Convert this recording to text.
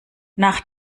nach